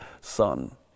son